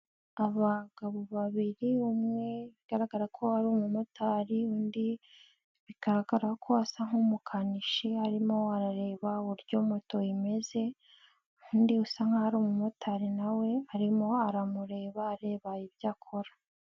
Abagabo babiri, umwe bigaragara ko ari umumotari, undi bigaragara ko asa nk'umukanishi arimo arareba uburyo motoyi imeze, undi usa nk'aho ari umumotari nawe, arimo aramureba, areba ibyo akora.